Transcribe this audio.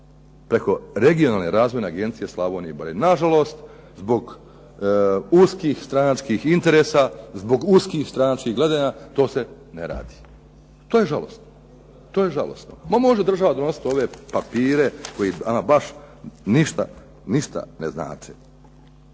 preko Regionalne razvojne agencije Slavonije i Baranje. Nažalost zbog uskih stranačkih interesa, zbog uskih stranačkih gledanja to se ne radi. To je žalosno. Ma može država donositi ove papire koji ama baš ništa ne znače.